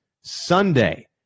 Sunday